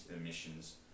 emissions